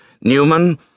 Newman